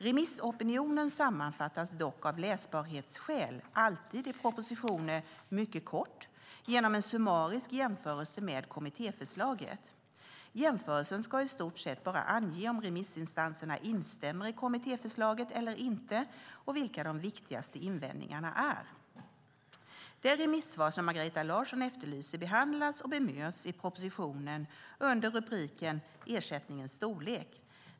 Remissopinionen sammanfattas dock av läsbarhetsskäl alltid mycket kort i propositioner genom en summarisk jämförelse med kommittéförslaget. Jämförelsen ska i stort sett bara ange om remissinstanserna instämmer i kommittéförslaget eller inte och vilka de viktigaste invändningarna är. Det remissvar som Margareta Larsson efterlyser behandlas och bemöts i propositionen under rubriken "Ersättningens storlek".